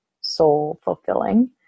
soul-fulfilling